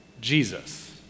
Jesus